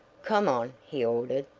come on, he ordered,